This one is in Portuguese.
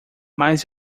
mas